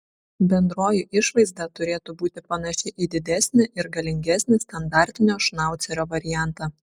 bendroji išvaizda turėtų būti panaši į didesnį ir galingesnį standartinio šnaucerio variantą